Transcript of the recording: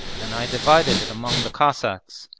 and i divided it among the cossacks,